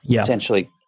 potentially